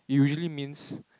it usually means